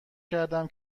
کردم